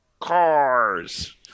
cars